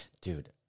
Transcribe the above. Dude